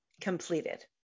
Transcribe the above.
completed